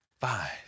five